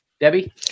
debbie